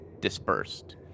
dispersed